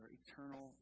eternal